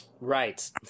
Right